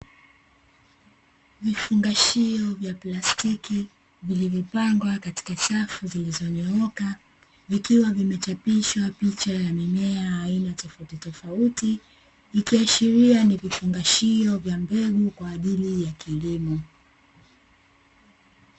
Vifungashio vya plastiki vilivyopangwa katika safu zilizonyooka, vikiwa vimechapisha picha za mimea aina tofauti tofauti ikiashiria ni vifungashio vya mbegu kwaajili ya kilimo.